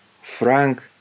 Frank